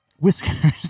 Whiskers